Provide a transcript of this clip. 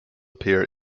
appear